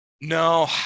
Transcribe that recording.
No